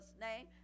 name